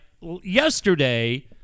Yesterday